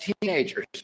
teenagers